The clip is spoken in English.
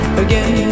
again